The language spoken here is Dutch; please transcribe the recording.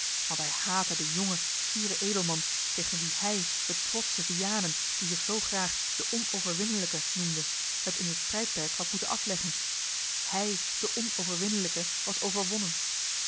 want hij haatte den jongen fieren edelman tegen wien hij de trotsche vianen die zich zoo graag de onoverwnnelijke noemde het in het strijdperk had moeten afleggen hij de onoverwinnelijke was overwonnen